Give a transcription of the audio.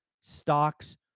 stocks